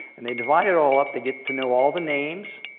and they divide it all up. they get to know all the names.